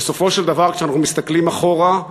ובסופו של דבר, כשאנחנו מסתכלים אחורה,